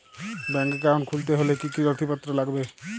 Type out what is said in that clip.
Bank account খুলতে হলে কি কি নথিপত্র লাগবে?